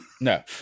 No